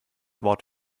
wort